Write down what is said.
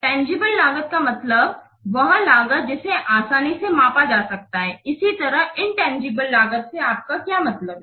tangible लागत का मतलब वह लागत है जिसे आसानी से मापा जा सकता है इसी तरह इनतंजीबले लागत से आपका क्या मतलब है